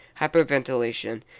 Hyperventilation